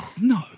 No